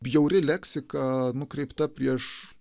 bjauri leksika nukreipta prieš